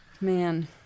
Man